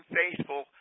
faithful